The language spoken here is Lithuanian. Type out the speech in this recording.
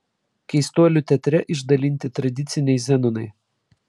keistuolių teatre išdalinti tradiciniai zenonai